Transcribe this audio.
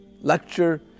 lecture